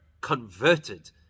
converted